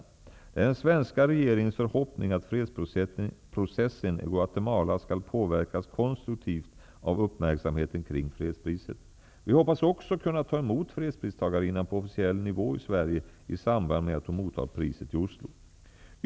Det är den svenska regeringens förhoppning att fredsprocessen i Guatemala skall påverkas konstruktivt av uppmärksamheten kring fredspriset. Vi hoppas också kunna ta emot fredspristagarinnan på officiell nivå i Sverige i samband med att hon mottar priset i Oslo.